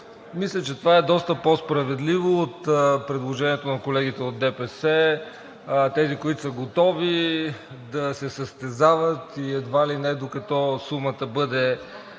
Мисля, че това е доста по-справедливо от предложението на колегите от ДПС – тези, които са готови да се състезават, и едва ли не, докато сумата бъде